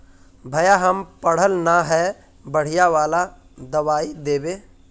भैया हम पढ़ल न है बढ़िया वाला दबाइ देबे?